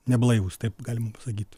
neblaivūs taip galim sakyti